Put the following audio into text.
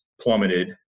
plummeted